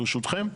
ברשותכם,